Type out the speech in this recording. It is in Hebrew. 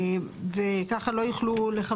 ככה לא יוכלו,